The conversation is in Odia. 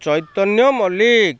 ଚୈତନ୍ୟ ମଲ୍ଲିକ